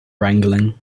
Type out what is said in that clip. wrangling